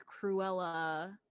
Cruella